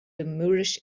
moorish